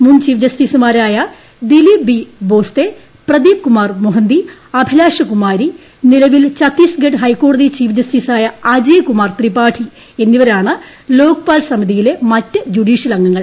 മുൻ ചീഫ്ട് ജസ്റ്റിസുമാരായ ദിലിപ് ബി ബോസ്ലെ പ്രദിപ് കുമാർ മൊഹ്യന്തി അഭിലാഷ കുമാരി നിലവിൽ ഛത്തീസ്ഗഡ് ഹൈക്കോട്ടതി ചീഫ് ജസ്റ്റിസായ അജയ് കുമാർ ത്രിപാഠി എന്നിവരാണ് ലോക്പാൽ സമിതിയിലെ മറ്റ് ജുഡീഷ്യൽ അംഗങ്ങൾ